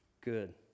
Good